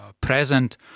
present